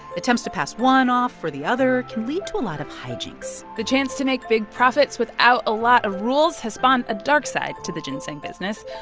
attempts to pass one off for the other can lead to a lot of hijinks the chance to make big profits without a lot of rules has spawned a dark side to the ginseng business.